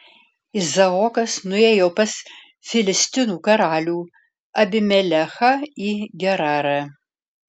izaokas nuėjo pas filistinų karalių abimelechą į gerarą